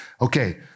Okay